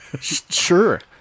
Sure